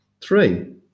Three